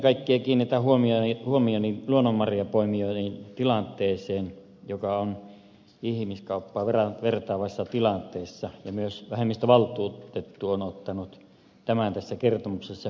ennen kaikkea kiinnitän huomioni luonnonmarjanpoimijoiden tilanteeseen joka on ihmiskauppaan verrattavassa tilanteessa ja myös vähemmistövaltuutettu on ottanut tämän tässä kertomuksessa hyvin esille